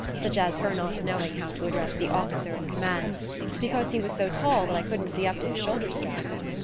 such as her not knowing how to address the officer in command because he was so tall that i couldn't see up to his shoulder-straps.